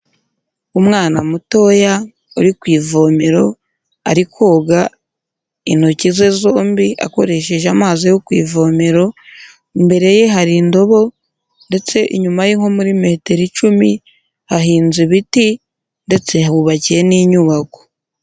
Umwana mutoya uri ku ivomero, ari koga intoki ze zombi akoresheje amazi yo ku ivomero, imbere ye hari indobo ndetse inyuma ye nko muri metero icumi hahinze ibiti ndetse hubatse n'inyubako